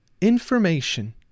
information